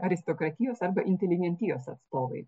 aristokratijos arba inteligentijos atstovai